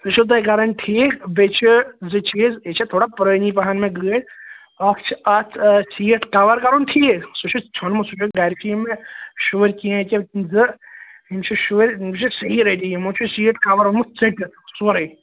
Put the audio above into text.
سۄ چھَو تۄہہِ کَرٕنۍ ٹھیٖک بیٚیہِ چھِ زٕ چیٖز یہِ چھِ تھوڑا پرٛٲنی پَہَم مےٚ گٲڑۍ اکھ چھِ اتھ آ سیٖٹ کَوَر کَرُن ٹھیٖک سُہ چھُ ژھیٚونمُت سُہ چھُ گَرٕ کِنۍ ییٚمۍ نا شو کیٚنٛہہ کِنۍ زٕ یِم چھِ شُرۍ یِم چھِ صحیح رٔدی یِمو چھُ سیٖٹ کَوَر نِیٛوٗمُت ژٔٹِتھ سورُے